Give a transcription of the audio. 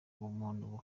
ubumuntu